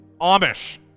Amish